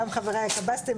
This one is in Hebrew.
גם חבריי הקב"סים,